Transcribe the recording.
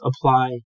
apply